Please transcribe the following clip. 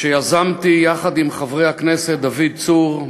שיזמתי יחד עם חברי הכנסת דוד צור,